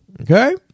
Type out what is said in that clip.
okay